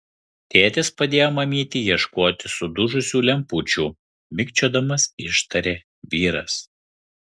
tėtis padėjo mamytei ieškoti sudužusių lempučių mikčiodamas ištarė vyras